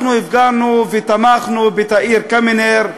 אנחנו הפגנו ותמכו בתאיר קמינר,